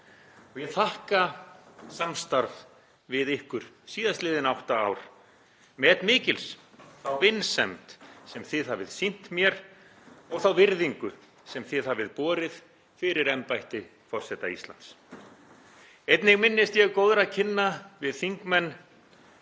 Ég þakka samstarf við ykkur síðastliðin átta ár, met mikils þá vinsemd sem þið hafið sýnt mér og þá virðingu sem þið hafið borið fyrir embætti forseta Íslands. Einnig minnist ég góðra kynna við þingmenn